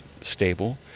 stable